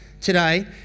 today